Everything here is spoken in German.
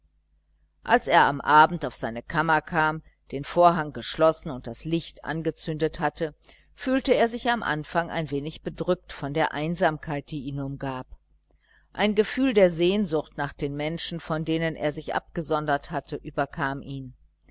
als er am abend auf seine kammer kam den vorhang geschlossen und das licht angezündet hatte fühlte er sich im anfang ein wenig bedrückt von der einsamkeit die ihn umgab ein gefühl der sehnsucht nach den menschen von denen er sich abgesondert hatte überkam ihn